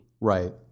Right